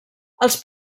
els